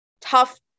tough